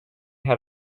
had